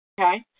Okay